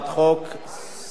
שכר שווה